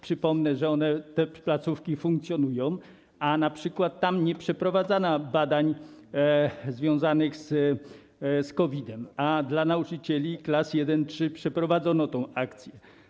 Przypomnę, że te placówki funkcjonują, a np. tam nie przeprowadzano badań związanych z COVID-em, zaś dla nauczycieli klas I-III przeprowadzono tę akcję.